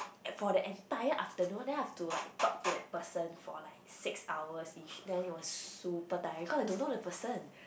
eh for the entire afternoon then I have to like talk to that person for like six hours each then it was super tiring cause I don't know the person